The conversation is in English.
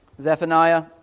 Zephaniah